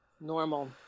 Normal